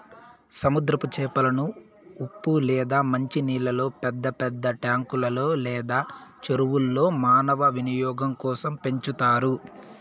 సముద్రపు చేపలను ఉప్పు లేదా మంచి నీళ్ళల్లో పెద్ద పెద్ద ట్యాంకులు లేదా చెరువుల్లో మానవ వినియోగం కోసం పెంచుతారు